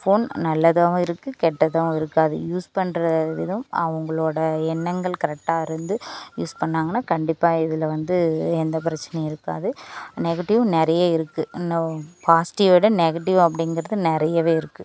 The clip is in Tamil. ஃபோன் நல்லதாவும் இருக்குது கெட்டதாகவும் இருக்குது அது யூஸ் பண்ணுற விதம் அவங்களோட எண்ணங்கள் கரெக்டாக இருந்து யூஸ் பண்ணாங்கன்னால் கண்டிப்பாக இதில் வந்து எந்தப் பிரச்சினையும் இருக்காது நெகட்டிவ் நிறைய இருக்குது இன்னும் பாசிட்டிவ் விட நெகட்டிவ் அப்படிங்கிறது நிறையவே இருக்குது